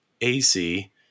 AC